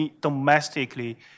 domestically